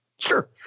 Sure